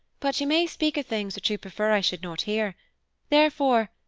but you may speak of things which you prefer i should not hear therefore,